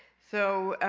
so,